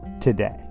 today